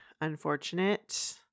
unfortunate